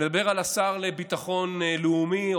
אני מדבר על השר לביטחון לאומי,